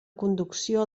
conducció